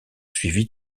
suivie